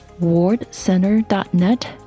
wardcenter.net